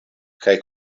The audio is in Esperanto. kaj